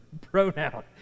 pronoun